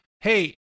hey